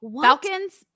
Falcons